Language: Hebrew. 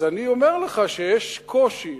אז אני אומר לך שיש קושי,